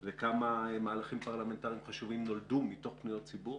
וכמה מהלכים פרלמנטריים חשובים נולדו מתוך פניות ציבור